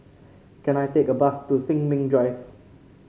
can I take a bus to Sin Ming Drive